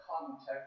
context